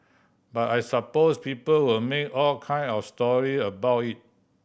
but I suppose people will make all kind of story about it